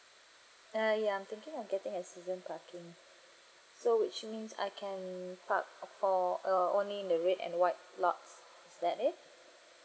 (uh huh) ya I'm thinking of getting a season parking so which means I can park of for uh only in the red and white lots is that it